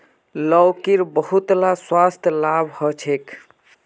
लौकीर बहुतला स्वास्थ्य लाभ ह छेक